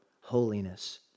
holiness